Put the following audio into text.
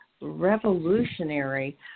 revolutionary